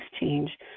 change